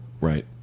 Right